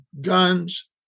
guns